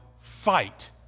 fight